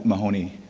um dohoney,